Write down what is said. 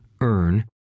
earn